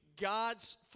God's